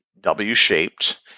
W-shaped